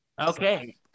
Okay